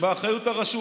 שבאחריות הרשות.